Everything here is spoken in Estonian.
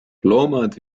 loomad